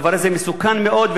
הדבר הזה מסוכן מאוד,